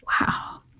Wow